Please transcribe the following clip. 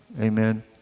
amen